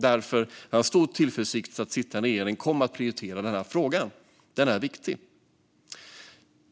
Därför har jag stor tillförsikt till den sittande regeringen och att de kommer att prioritera den här frågan. Den är viktig!